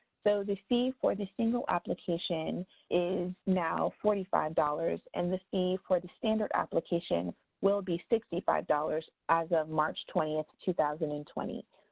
so, the fee for the single application is now forty five dollars and the fee for the standard application will be sixty five dollars as of march twenty, two thousand and twenty.